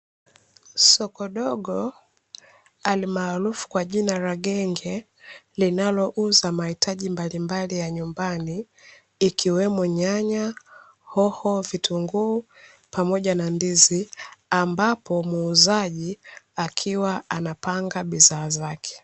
Soko dogo alimaarufu kwa jina la genge, linalouza mahitaji mbalimbali ya nyumbani, ikiwemo nyanya, hoho, vitungu pamoja na ndizi, ambapo muuzaji akiwa anapanga bidhaa zake.